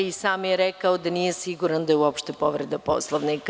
I sam je rekao da nije siguran da je uopšte povreda Poslovnika.